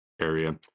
area